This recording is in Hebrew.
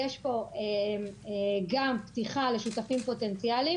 יש פה גם פתיחה לשותפים פוטנציאליים,